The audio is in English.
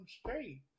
straight